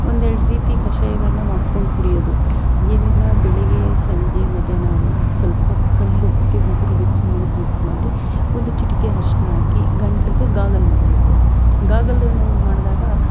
ಒಂದೆರಡು ರೀತಿ ಕಷಾಯಗಳನ್ನ ಮಾಡ್ಕೊಂಡು ಕುಡಿಯೋದು ಏನಿಲ್ಲ ಬೆಳಗ್ಗೆ ಸಂಜೆ ಮಧ್ಯಾಹ್ನ ಎಲ್ಲ ಸ್ವಲ್ಪ ಕಲ್ಲುಪ್ಪಿಗೆ ಉಗುರು ಬೆಚ್ಚಗೆ ನೀರು ಮಿಕ್ಸ್ ಮಾಡಿ ಒಂದು ಚಿಟಿಕೆ ಅರಿಶ್ಣ ಹಾಕಿ ಗಂಟಲಿಗೆ ಗಾಗಲ್ ಮಾಡಬೇಕು ಗಾಗಲ್ಲು ನಾವು ಮಾಡಿದಾಗ